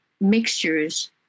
mixtures